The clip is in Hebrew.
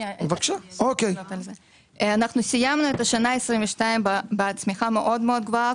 אנחנו סיימנו את השנה ה-22' בצמיחה מאוד גבוהה,